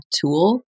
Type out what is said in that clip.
tool